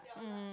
mm